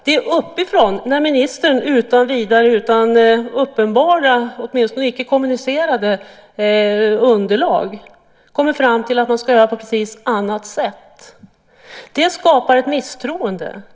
Det är uppifrån när ministern utan vidare och utan uppenbara, åtminstone icke kommunicerade, underlag kommer fram till att man ska göra på ett helt annat sätt. Det skapar ett misstroende.